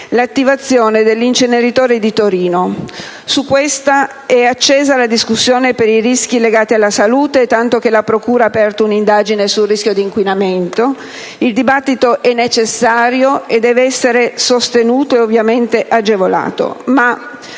l'attivazione dell'inceneritore di Torino. Su questa è accesa la discussione per i rischi legati alla salute, tanto che la procura ha aperto un'indagine sul rischio di inquinamento. Il dibattito è necessario e deve essere sostenuto e, ovviamente, agevolato.